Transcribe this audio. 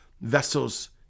vessels